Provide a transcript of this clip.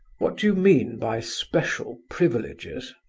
what do you mean by special privileges?